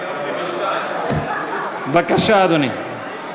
בבקשה, אדוני.